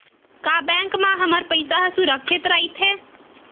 का बैंक म हमर पईसा ह सुरक्षित राइथे?